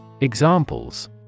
Examples